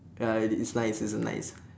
ya I did it's nice it's a nice